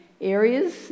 areas